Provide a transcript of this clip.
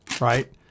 right